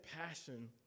passion